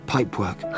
pipework